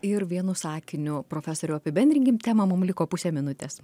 ir vienu sakiniu profesoriau apibendrinkim temą mum liko pusė minutės